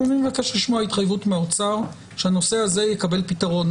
אני מבקש לשמוע התחייבות מהאוצר שהנושא הזה יקבל פתרון.